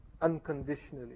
unconditionally